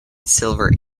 silver